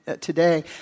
today